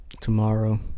Tomorrow